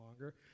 longer